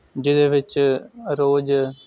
ਜਿਹਦੇ ਵਿੱਚ ਰੋਜ਼